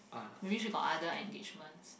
maybe should got other engagements